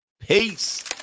Peace